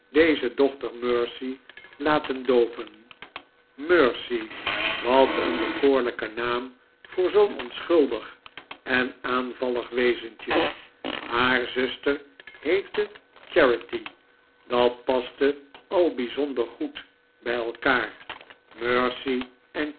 deze dochter mercy laten doopen mercy wat een bekoorlijke naam voor zoo'n onschuldig en aanvallig wezentje haar zuster heette charity dat paste al bijzonder goed bij elkaar mercy en